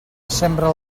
sembra